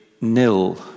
nil